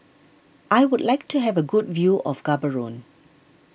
I would like to have a good view of Gaborone